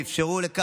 שאפשרו זאת.